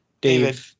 David